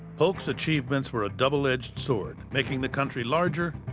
polk's achievements were a double-edged sword, making the country larger,